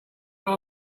got